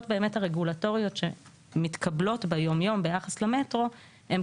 הרגולטוריות שמתקבלות ביום יום ביחס למטרו הן